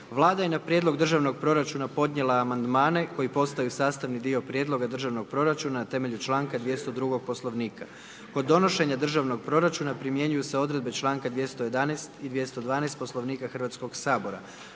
Vlada je na Prijedlog državnog proračuna podnijela amandmane koji postaju sastavni dio Prijedloga državnog proračuna na temelju članak 202., Poslovnika. Kod donošenje državnog proračuna primjenjuju se Odredbe članka 211., i 212., Poslovnika Hrvatskog sabora,